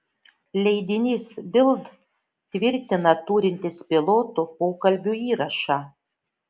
leidinys bild tvirtina turintis pilotų pokalbių įrašą